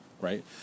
Right